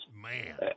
Man